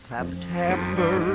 September